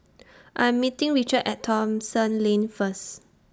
I Am meeting Richard At Thomson Lane First